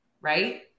Right